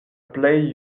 plej